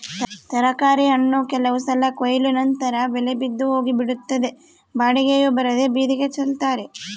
ತರಕಾರಿ ಹಣ್ಣು ಕೆಲವು ಸಲ ಕೊಯ್ಲು ನಂತರ ಬೆಲೆ ಬಿದ್ದು ಹೋಗಿಬಿಡುತ್ತದೆ ಬಾಡಿಗೆಯೂ ಬರದೇ ಬೀದಿಗೆ ಚೆಲ್ತಾರೆ